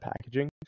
Packaging